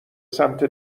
سمت